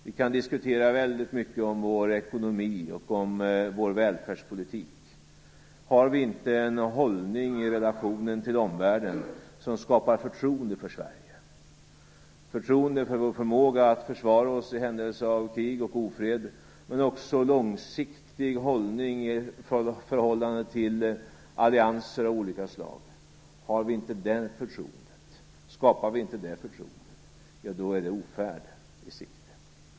Vi kan diskutera väldigt mycket om vår ekonomi och om vår välfärdspolitik, men om vi inte har en hållning i relationen till omvärlden som skapar förtroende för Sverige, förtroende för vår förmåga att försvara oss i händelse av krig och ofred men också en långsiktig hållning i förhållande till allianser av olika slag då är det ofärd i sikte.